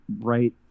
right